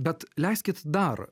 bet leiskit dar